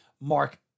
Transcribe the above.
Mark